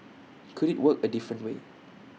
could IT work A different way